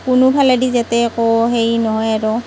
কোনোফালেদি যাতে একো হেৰি নহয় আৰু